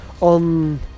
on